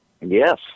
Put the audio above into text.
Yes